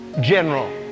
general